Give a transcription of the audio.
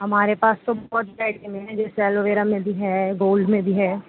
ہمارے پاس تو بہت ورائٹی میں جیسے الو یرا میں بھی ہے گولڈ میں بھی ہے